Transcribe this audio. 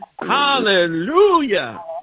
Hallelujah